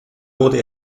wurde